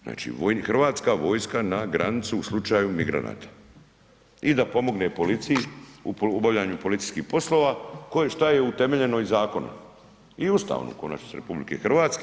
Znači Hrvatska vojska na granicu u slučaju migranata i da pomogne policiji u obavljanju policijskih poslova šta je utemeljeno i zakonom i Ustavom u konačnici RH.